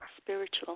spiritual